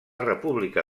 república